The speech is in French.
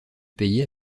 payer